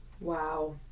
Wow